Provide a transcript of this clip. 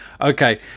Okay